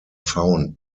found